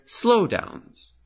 slowdowns